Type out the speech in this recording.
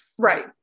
right